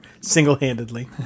single-handedly